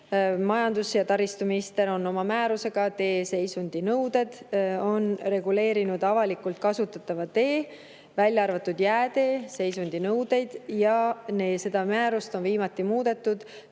Majandus- ja taristuminister on määrusega "Tee seisundinõuded" reguleerinud avalikult kasutatava tee, välja arvatud jäätee, seisundinõuded. Seda määrust on viimati muudetud